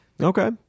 okay